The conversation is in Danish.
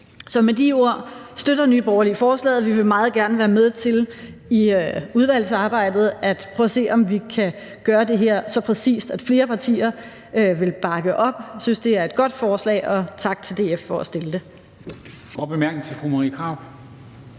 Så med de ord støtter Nye Borgerlige forslaget. Vi vil meget gerne i udvalgsarbejdet være med til at prøve at se, om vi kan gøre det her så præcist, at flere partier vil bakke op. Jeg synes, det er et godt forslag, og tak til DF for at fremsætte det.